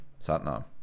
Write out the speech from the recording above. Satnam